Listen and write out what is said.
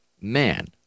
man